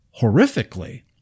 horrifically